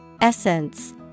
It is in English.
Essence